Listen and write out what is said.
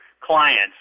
clients